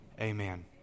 Amen